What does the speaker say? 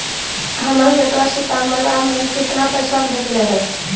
हमर बेटवा सितंबरा में कितना पैसवा भेजले हई?